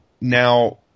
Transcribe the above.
Now